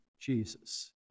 Jesus